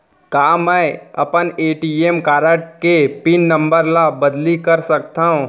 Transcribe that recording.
का मैं अपन ए.टी.एम कारड के पिन नम्बर ल बदली कर सकथव?